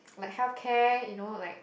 like healthcare you know like